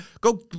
Go